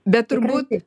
bet turbūt